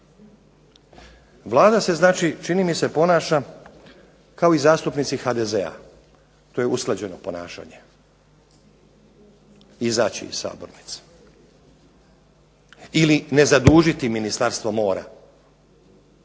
Vlada se znači čini mi se ponaša kao i zastupnici HDZ-a, to je usklađeno ponašanje, izaći iz sabornice ili ne zadužiti Ministarstvo mora